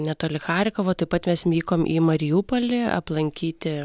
netoli charkovo taip pat mes mykom į mariupolį aplankyti